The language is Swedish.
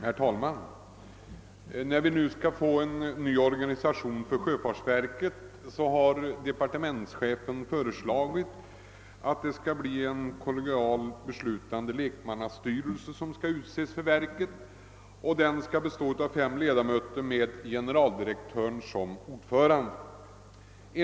Herr talman! När vi nu skall få en ny organisation för sjöfartsverket har departementschefen föreslagit att det skall utses en kollegial, beslutande lekmannastyrelse för verket bestående av fem ledamöter med generaldirektören som ordförande.